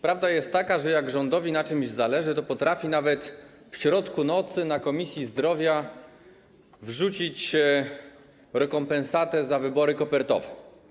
Prawda jest taka, że jak rządowi na czymś zależy, to potrafi nawet w środku nocy na posiedzeniu Komisji Zdrowia wrzucić kwestię rekompensaty za wybory kopertowe.